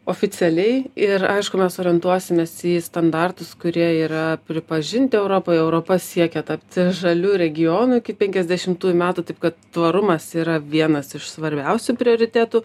oficialiai ir aišku mes orientuosimės į standartus kurie yra pripažinti europoje europa siekia tapti žaliu regionu iki penkiasdešimtųjų metų taip kad tvarumas yra vienas iš svarbiausių prioritetų